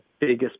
biggest